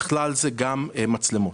בכלל זה גם מצלמות.